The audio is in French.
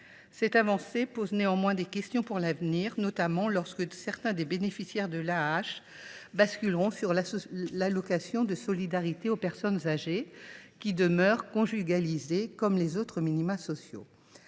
Cette avancée pose néanmoins des questions pour l’avenir, notamment lorsque certains des bénéficiaires de l’AAH basculeront vers l’allocation de solidarité aux personnes âgées (Aspa), qui demeure conjugalisée, comme les autres minima sociaux.